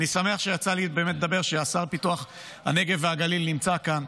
אני שמח שיצא לי באמת לדבר כשהשר לפיתוח הנגב והגליל נמצא כאן,